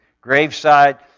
graveside